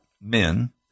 men